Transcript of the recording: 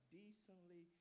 decently